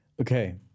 Okay